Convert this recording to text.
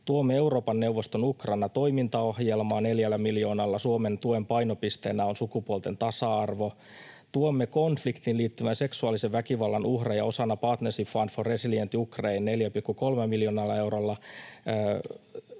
Tuemme Euroopan neuvoston Ukraina-toimintaohjelmaa neljällä miljoonalla. Suomen tuen painopisteenä on sukupuolten tasa-arvo. Tuemme konfliktiin liittyvän seksuaalisen väkivallan uhreja osana Partnership Fund for a Resilient Ukrainea 4,3 miljoonalla eurolla.